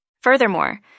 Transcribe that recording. Furthermore